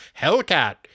Hellcat